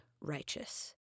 righteous